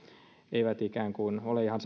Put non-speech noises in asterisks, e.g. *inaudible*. eivät ole ihan *unintelligible*